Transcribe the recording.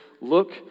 Look